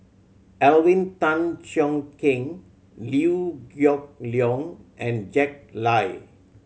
Alvin Tan Cheong Kheng Liew Geok Leong and Jack Lai